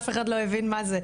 אף אחד לא הבין מה זה,